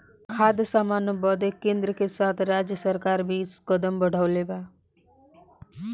खाद्य सामान बदे केन्द्र के साथ राज्य सरकार भी कदम बढ़ौले बा